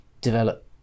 develop